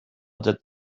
that